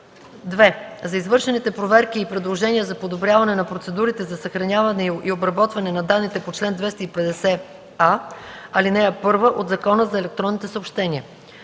2. за извършените проверки и предложения за подобряване на процедурите за съхраняване и обработване на данните по чл. 250а, ал. 1 от Закона за електронните съобщения.